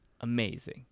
amazing